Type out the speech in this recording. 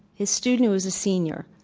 his student was a senior,